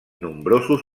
nombrosos